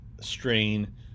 strain